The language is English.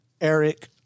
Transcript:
Eric